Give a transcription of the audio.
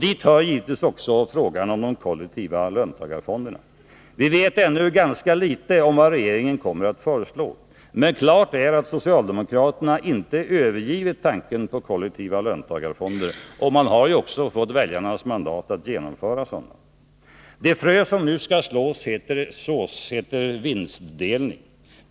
Dit hör givetvis också frågan om de kollektiva löntagarfonderna. Vi vet ännu ganska litet om vad regeringen kommer att föreslå. Men klart är att socialdemokraterna inte övergivit tanken på kollektiva löntagarfonder. De har ju också fått väljarnas mandat att genomföra sådana. Det frö som nu skall sås heter vinstdelning.